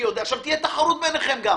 תהיה גם תחרות ביניכם.